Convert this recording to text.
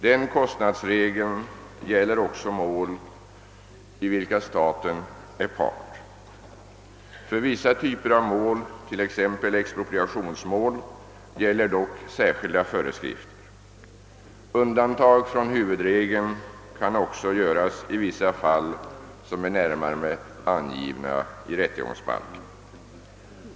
Denna kostnadsregel gäller också mål, i vilka staten är part. För vissa typer av mål, t.ex. expropriationsmål, gäller dock särskilda föreskrifter. Undantag från huvudregeln kan också göras i vissa fall som är närmare angivna i rättegångsbalken.